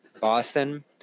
Boston –